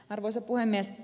arvoisa puhemies